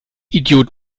idiot